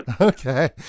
okay